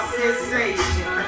sensation